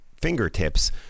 fingertips